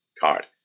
card